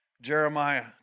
Jeremiah